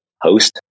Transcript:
host